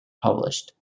published